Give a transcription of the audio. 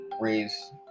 raise